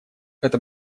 это